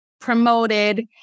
promoted